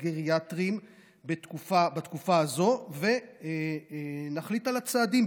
הגריאטריים בתקופה הזאת ונחליט על הצעדים,